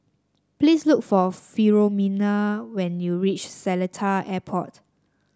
please look for Filomena when you reach Seletar Airport